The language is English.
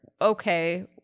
Okay